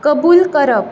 कबूल करप